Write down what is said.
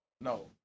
No